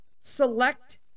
Select